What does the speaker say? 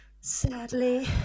Sadly